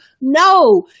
No